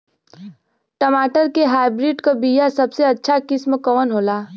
टमाटर के हाइब्रिड क बीया सबसे अच्छा किस्म कवन होला?